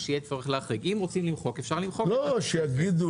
אבל שיגידו